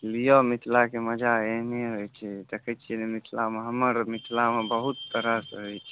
यौ मिथिलाक मजा एहने होइत छै देखैत छियै ने मिथिलामे हमर मिथिलामे बहुत तरहसँ होइत छै